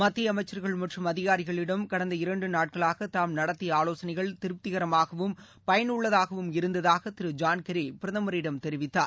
மத்திய அமைச்சர்கள் மற்றும் அதிகாரிகளிடம் கடந்த இரண்டு நாட்களாக தாம் நடத்திய ஆலோசனைகள் திருப்திரமாகவும் பயனுள்ளதாகவும் இருந்ததாக திரு ஜான் கெர்ரி பிரதமரிடம் தெரிவித்தார்